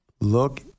look